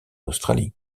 australie